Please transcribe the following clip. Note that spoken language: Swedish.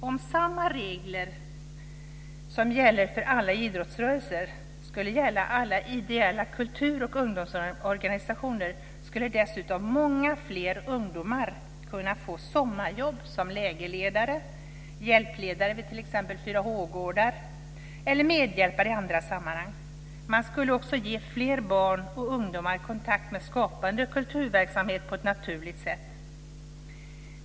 Om samma regler som gäller för idrottsrörelsen skulle gälla alla ideella kultur och ungdomsorganisationer skulle många fler ungdomar kunna få sommarjobb som lägerledare, hjälpledare vid t.ex. 4 H gårdar eller medhjälpare i andra sammanhang. Man skulle också ge fler barn och ungdomar kontakt med skapande kulturverksamhet på ett naturligt sätt.